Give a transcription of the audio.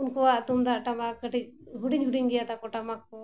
ᱩᱱᱠᱩᱣᱟᱜ ᱛᱩᱢᱫᱟᱜ ᱴᱟᱢᱟᱠ ᱠᱟᱹᱴᱤᱡ ᱦᱩᱰᱤᱧ ᱦᱩᱰᱤᱧ ᱜᱮᱭᱟ ᱛᱟᱠᱚ ᱴᱟᱢᱟᱠ ᱠᱚ